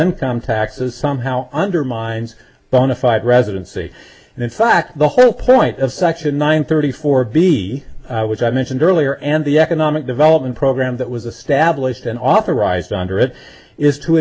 income taxes somehow undermines bonafied residency and in fact the whole point of section nine thirty four b which i mentioned earlier and the economic development program that was a stablished and authorized under it is to